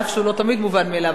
אף שהוא לא תמיד מובן מאליו,